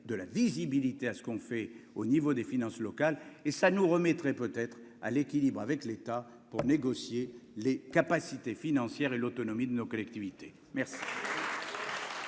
de la visibilité à ce qu'on fait au niveau des finances locales et ça nous remettrait peut être à l'équilibre avec l'État pour négocier les capacités financières et l'autonomie de nos collectivités merci.